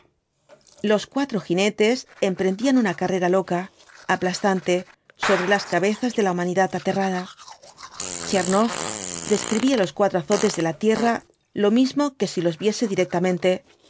los cuatro jinetes emprendían una carrera loca aplastante sobre las cabezas de la humanidad aterrada tchernoff describía los cuatro azotes de la tierra lo mismo que si los viese directamente